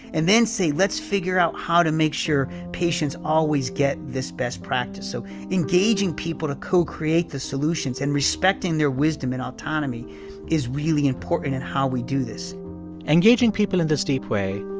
and then say let's figure out how to make sure patients always get this best practice so engaging people to co-create the solutions and respecting their wisdom and autonomy is really important in how we do this engaging people in this deep way,